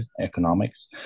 economics